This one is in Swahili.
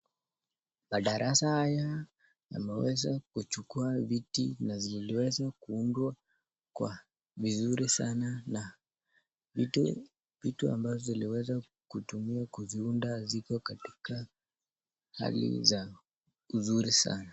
Madarasa haya yameweza kuchukua viti na ziliwezo kuundwa kwa vizuri sana na vitu ambazo viliweza kutumiwa kuviunda ziko katika hali za uzuri sana.